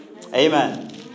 Amen